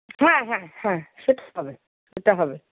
হ্যাঁ হ্যাঁ হ্যাঁ সেটা হবে সেটা হবে